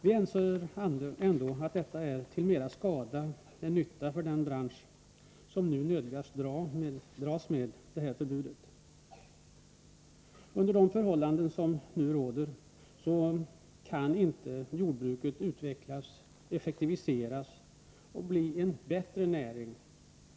Vi anser ändå att det är till mera skada än nytta för denna bransch att nödgas dras med förbudet. Under de förhållanden som nu råder kan inte jordbruket utvecklas, effektiviseras och bli en bättre näring.